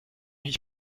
mich